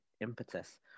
impetus